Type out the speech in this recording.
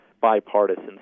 bipartisan